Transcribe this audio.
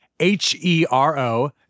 H-E-R-O